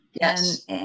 yes